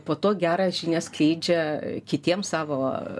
po to gerą žinią skleidžia kitiems savo